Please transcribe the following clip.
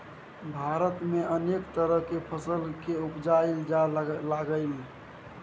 भारत में अनेक तरह के फसल के उपजाएल जा लागलइ